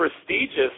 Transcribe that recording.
prestigious